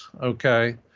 okay